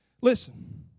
Listen